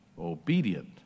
obedient